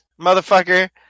motherfucker